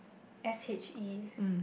s_h_e